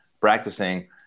practicing